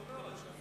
זה טוב מאוד.